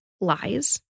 lies